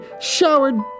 showered